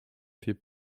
fait